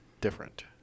different